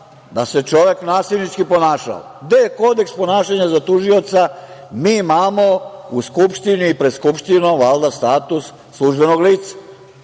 da se čovek nasilnički ponašao? Gde je kodeks ponašanja za tužioca? Mi imamo u Skupštini i pred Skupštinom valjda status službenog lica,